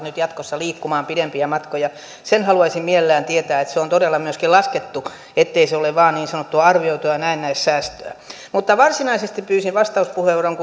nyt jatkossa liikkumaan pidempiä matkoja sen haluaisin mielelläni tietää että se on todella myöskin laskettu ettei se ole vain niin sanottua arvioitua näennäissäästöä varsinaisesti pyysin vastauspuheenvuoron